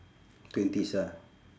twenties ah